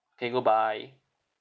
K goodbye